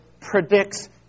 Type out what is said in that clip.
predicts